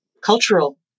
cultural